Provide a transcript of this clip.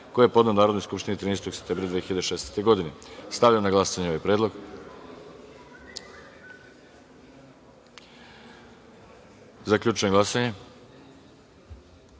koji je podneo Narodnoj skupštini 13. septembra 2016. godine. Stavljam na glasanje ovaj predlog. Zaključujem glasanje